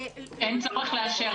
‏ אין צורך לאשר.